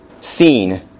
seen